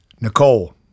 Nicole